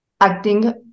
acting